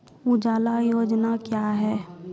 उजाला योजना क्या हैं?